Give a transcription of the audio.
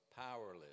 powerless